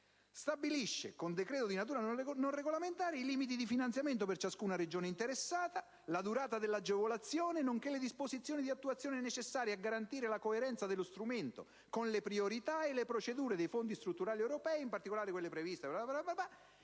stabilisce, con proprio decreto di natura non regolamentare, i limiti di finanziamento per ciascuna regione interessata, la durata dell'agevolazione nonché le disposizioni di attuazione necessarie a garantire la coerenza dello strumento con le priorità e le procedure dei fondi strutturali europei, in particolare quelle previste dal regolamento